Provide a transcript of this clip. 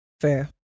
Fair